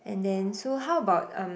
and then so how about um